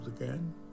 again